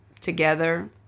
together